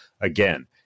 again